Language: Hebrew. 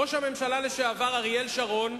ראש הממשלה לשעבר אריאל שרון,